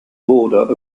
border